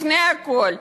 לפני הכול,